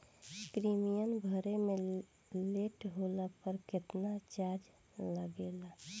Premium भरे मे late होला पर केतना चार्ज लागेला?